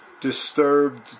disturbed